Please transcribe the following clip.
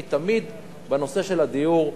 כי תמיד בנושא של הדיור,